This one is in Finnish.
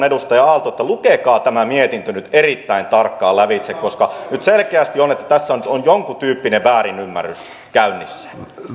edustaja aalto lukekaa tämä mietintö nyt erittäin tarkkaan lävitse koska selkeästi tässä on nyt jonkuntyyppinen väärinymmärrys käynnissä